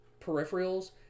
peripherals